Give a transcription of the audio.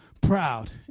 proud